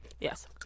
Yes